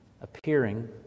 appearing